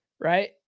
Right